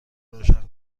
روشن